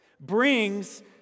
brings